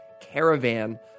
caravan